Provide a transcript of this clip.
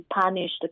punished